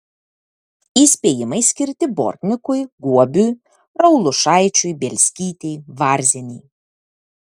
įspėjimai skirti bortnikui guobiui raulušaičiui bielskytei varzienei